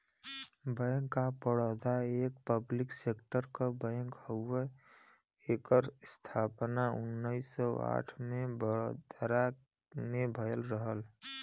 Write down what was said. bank of Baroda एक public sector क bank हउवे एकर स्थापना उन्नीस सौ आठ में बड़ोदरा में भयल रहल